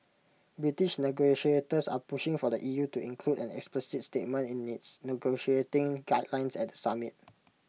British negotiators are pushing for the E U to include an explicit statement in its negotiating guidelines at the summit